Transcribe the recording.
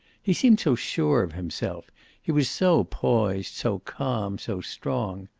he seemed so sure of himself he was so poised, so calm, so strong.